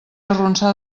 arronsar